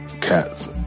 cats